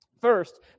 First